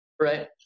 right